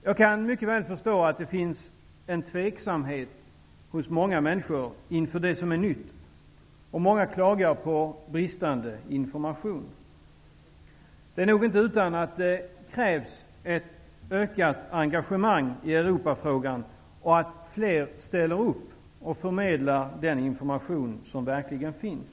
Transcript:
Jag kan mycket väl förstå att det finns en tveksamhet hos många människor inför det som är nytt, och många klagar på bristande information. Det är nog inte utan att det krävs ett ökat engagemang i Europafrågan och att fler ställer upp och förmedlar den information som verkligen finns.